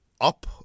up